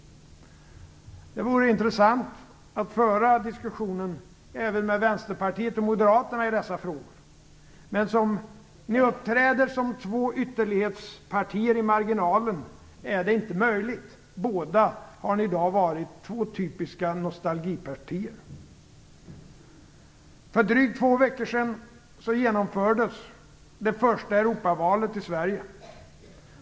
Det vore intressant att föra diskussionen även med Vänsterpartiet och Moderaterna i dessa frågor, men eftersom de uppträder som två ytterlighetspartier i marginalen är det inte möjligt. Båda har de i dag varit två typiska nostalgipartier. För drygt två veckor sedan genomfördes det första Europavalet i Sverige.